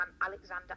Alexander